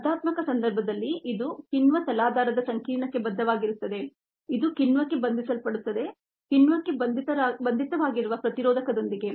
ಸ್ಪರ್ಧಾತ್ಮಕ ಸಂದರ್ಭದಲ್ಲಿ ಇದು ಕಿಣ್ವ ತಲಾಧಾರದ ಸಂಕೀರ್ಣಕ್ಕೆ ಬದ್ಧವಾಗಿರುತ್ತದೆ ಇದು ಕಿಣ್ವಕ್ಕೆ ಬಂಧಿಸಲ್ಪಡುತ್ತದೆ ಕಿಣ್ವಕ್ಕೆ ಬಂಧಿತವಾಗಿರುವ ಪ್ರತಿರೋಧಕದೊಂದಿಗೆ